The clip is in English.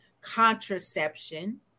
contraception